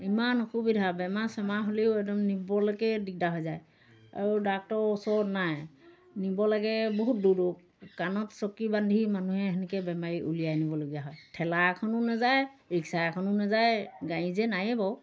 ইমান অসুবিধা বেমাৰ চেমাৰ হ'লেও একদম নিবলৈকে দিগদাৰ হৈ যায় আৰু ডাক্তৰ ওচৰত নাই নিব লাগে বহুত দূৰ দূৰ কাণত চকী বান্ধি মানুহে সেনেকৈ বেমাৰী উলিয়াই নিবলগীয়া হয় ঠেলা এখনো নেযায় ৰিক্সা এখনো নেযায় গাড়ী যে নায়ে বাৰু